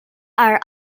are